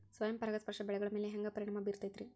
ಸ್ವಯಂ ಪರಾಗಸ್ಪರ್ಶ ಬೆಳೆಗಳ ಮ್ಯಾಲ ಹ್ಯಾಂಗ ಪರಿಣಾಮ ಬಿರ್ತೈತ್ರಿ?